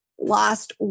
lost